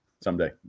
Someday